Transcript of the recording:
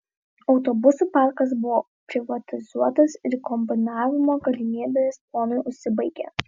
autobusų parkas buvo privatizuotas ir kombinavimo galimybės ponui užsibaigė